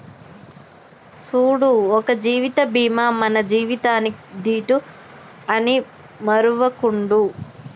సూడు ఒక జీవిత బీమా మన జీవితానికీ దీటు అని మరువకుండు